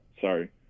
Sorry